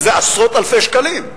וזה עשרות אלפי שקלים.